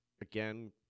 again